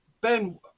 Ben